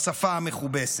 בשפה המכובסת,